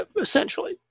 essentially